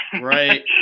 Right